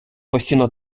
постійно